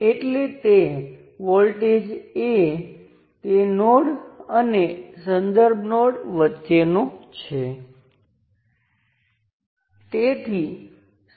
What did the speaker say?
તેથી હવે આપણે શું કરવા જઈ રહ્યા છીએ તે આ પ્રકારનું મોડેલ મેળવવાનું છે